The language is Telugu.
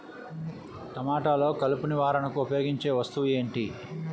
టమాటాలో కలుపు నివారణకు ఉపయోగించే వస్తువు ఏంటి?